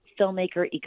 filmmaker